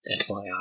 FYI